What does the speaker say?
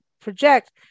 project